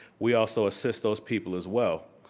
we also assist those people, as well,